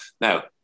now